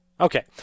Okay